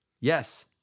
Yes